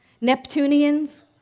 Neptunians